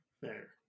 Fair